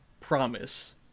promise